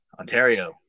Ontario